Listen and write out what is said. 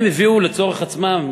הם הביאו לצורך עצמם,